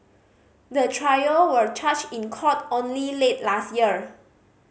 the trio were charged in court only late last year